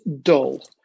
dull